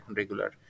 regular